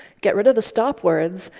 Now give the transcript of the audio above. get rid of the stop words,